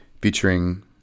featuring